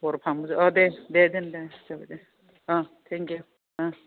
दर फांबोदो दे दे दोनदो जाबाय दे अह टेंकिउ उम